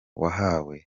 wahawe